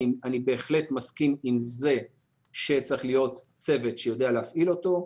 אני בהחלט מסכים עם זה שצריך להיות צוות שיודע להפעיל אותו,